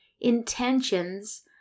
intentions